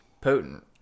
potent